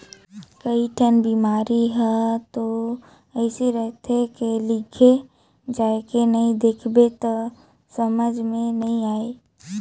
कयोठन बिमारी हर तो अइसे रहथे के लिघे जायके नई देख बे त समझे मे नई आये